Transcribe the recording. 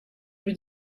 lui